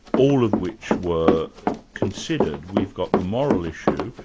all of which were considered. we've got the moral issue,